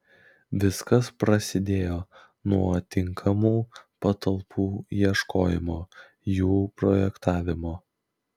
viskas prasidėjo nuo tinkamų patalpų ieškojimo jų projektavimo